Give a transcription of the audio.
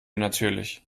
natürlich